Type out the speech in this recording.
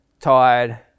tired